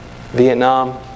Vietnam